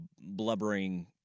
blubbering